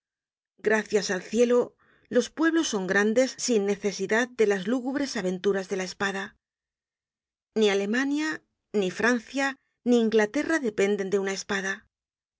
gracias al cielo los pueblos son grandes sin necesidad de las lúgubres aventuras de la espada ni alemania ni francia ni inglaterra dependen de una espada